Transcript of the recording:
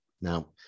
Now